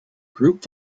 group